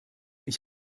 ich